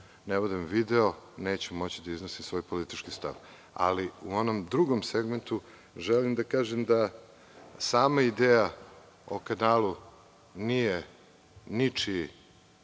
ne budem video, neću moći da iznosim svoj politički stav.U onom drugom segmentu želim da kažem da sama ideja o kanalu nije ničija